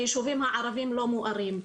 היישובים הערבים לא מוארים.